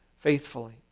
faithfully